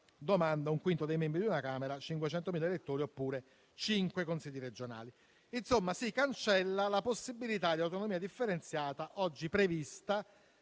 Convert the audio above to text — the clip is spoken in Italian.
domanda un quinto dei membri di una Camera, 500.000 elettori oppure cinque Consigli regionali. Insomma, si cancella la possibilità di autonomia differenziata oggi prevista